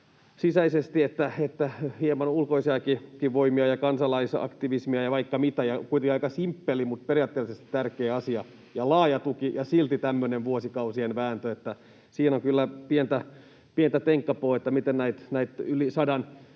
sisäisesti että hieman ulkoisiakin voimia ja kansalaisaktivismia ja vaikka mitä — ja kuitenkin aika simppeli mutta periaatteellisesti tärkeä asia ja laaja tuki, ja silti tämmöinen vuosikausien vääntö. Että siinä on kyllä pientä tenkkapoota, että miten näitä yli sadan